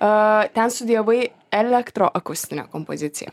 a ten studijavai elektro akustinę kompoziciją